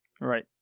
right